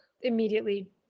immediately